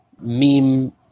meme